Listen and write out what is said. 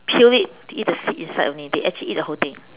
peel it eat the seed inside only they actually eat the whole thing